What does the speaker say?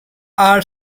are